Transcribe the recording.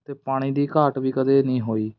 ਅਤੇ ਪਾਣੀ ਦੀ ਘਾਟ ਵੀ ਕਦੇ ਨਹੀਂ ਹੋਈ